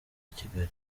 kigali